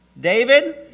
David